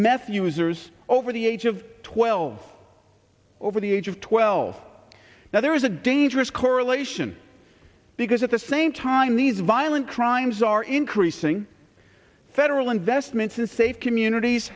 meth users over the age of twelve over the age of twelve now there is a dangerous correlation because at the same time these violent crimes are increasing federal investments in state communities